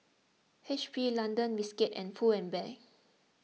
H P London Biscuits and Pull and Bear